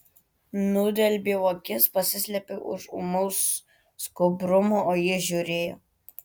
nudelbiau akis pasislėpiau už ūmaus skubrumo o ji žiūrėjo